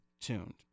tuned